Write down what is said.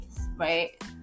right